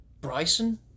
Bryson